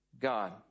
God